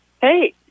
hey